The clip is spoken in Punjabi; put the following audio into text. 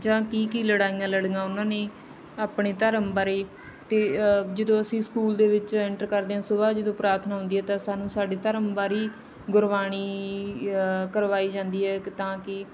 ਜਾਂ ਕੀ ਕੀ ਲੜਾਈਆਂ ਲੜੀਆਂ ਉਹਨਾਂ ਨੇ ਆਪਣੇ ਧਰਮ ਬਾਰੇ ਅਤੇ ਜਦੋਂ ਅਸੀਂ ਸਕੂਲ ਦੇ ਵਿੱਚ ਐਂਟਰ ਕਰਦੇ ਹਾਂ ਸੁਬਹਾ ਜਦੋਂ ਪ੍ਰਾਰਥਨਾ ਹੁੰਦੀ ਹੈ ਤਾਂ ਸਾਨੂੰ ਸਾਡੇ ਧਰਮ ਬਾਰੇ ਗੁਰਬਾਣੀ ਕਰਵਾਈ ਜਾਂਦੀ ਹੈ ਕਿ ਤਾਂ ਕਿ